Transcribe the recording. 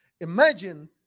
Imagine